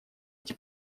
эти